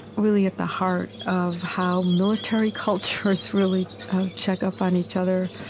really at the heart of how military cultures really check up on each other.